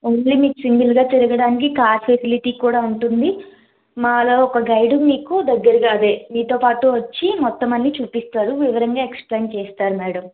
only మీరు single గా తిరగడానికి కార్ ఫెసిలిటీ కూడా ఉంటుంది మాలో ఒక గైడ్ మీకు దగ్గరగా అదే మీతో పాటు వచ్చి మొత్తం అన్ని చూపిస్తారు వివరంగా ఎక్స్ప్లెయిన్ చేస్తారు మ్యాడం